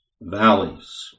valleys